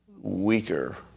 weaker